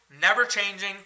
never-changing